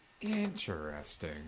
Interesting